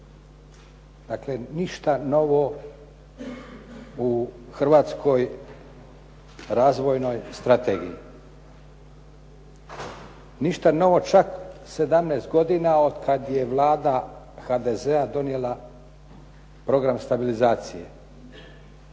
Dakle, ništa novo u hrvatskoj razvojnoj strategiji. Ništa novo čak 17 godina od kada je vlada HDZ-a donijela program stabilizacije.